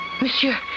monsieur